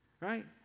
right